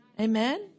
Amen